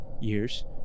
years